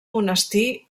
monestir